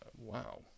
wow